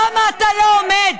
למה אתה לא עומד?